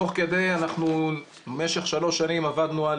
תוך כדי אנחנו במשך שלוש שנים עבדנו על